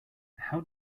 how